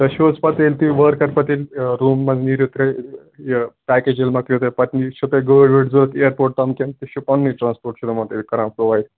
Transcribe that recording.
تۄہہِ چھُو حظ پتہ ییٚلہِ تُہۍ وارٕ کارٕ پتہٕ ییٚلہِ روٗمہِ منٛز نیٖرِو تُھۍ یہِ پٮ۪کیج ییٚلہِ مکلیو تۄہہِ پتہٕ چھِ تُہۍ گٲڑۍ وٲڈۍ ضوٚرَتھ اِیرپوٹ تام کِنۍ تُہۍ چھُ پنٛنٕے ٹرانسپوٹ کَران پرٛووایِڈ